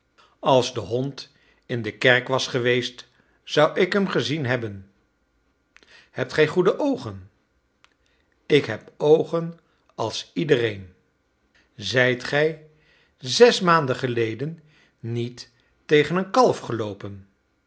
als de hond in de kerk was geweest zou ik hem gezien hebben hebt gij goede oogen ik heb oogen als iedereen zijt gij zes maanden geleden niet tegen een kalf geloopen